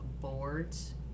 boards